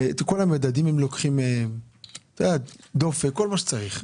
דופק וכל מה שצריך.